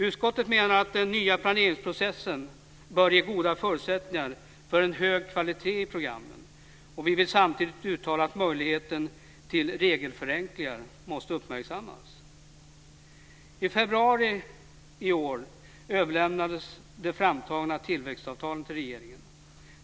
Utskottet menar att den nya planeringsprocessen bör ge goda förutsättningar för en hög kvalitet i programmen. Vi vill samtidigt uttala att möjligheten till regelförenklingar måste uppmärksammas. I februari i år överlämnades de framtagna tillväxtavtalen till regeringen.